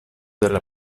della